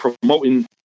promoting